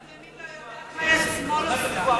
יד ימין לא יודעת מה יד שמאל עושה.